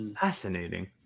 Fascinating